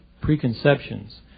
preconceptions